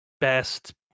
best